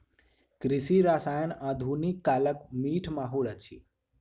कृषि रसायन आधुनिक कालक मीठ माहुर अछि